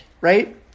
right